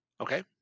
Okay